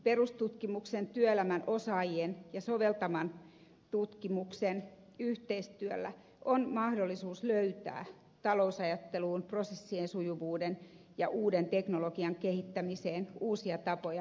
perustutkimuksen työelämän osaajien ja soveltavan tutkimuksen yhteistyöllä on mahdollisuus löytää talousajatteluun prosessien sujuvuuteen ja uuden teknologian kehittämiseen uusia tapoja ja tuotteita